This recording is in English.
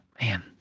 Man